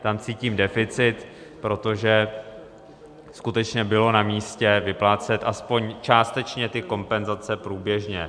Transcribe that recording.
Tam cítím deficit, protože skutečně bylo namístě vyplácet aspoň částečně kompenzace průběžně.